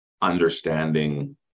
understanding